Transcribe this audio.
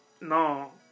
no